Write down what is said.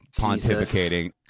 pontificating